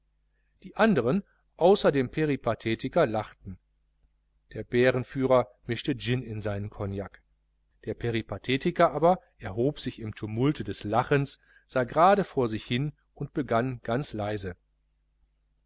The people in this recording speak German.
die andern außer dem peripathetiker lachten der bärenführer mischte gin in seinen cognac der peripathetiker aber erhob sich im tumulte des lachens sah gerade vor sich hin und begann ganz leise